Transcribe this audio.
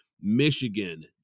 Michigan